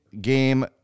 game